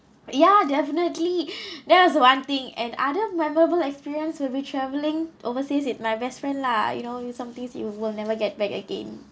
ya definitely there's one thing and other memorable experience will be travelling overseas with my best friend lah you know you some things you will never get back again